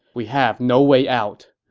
we have no way out.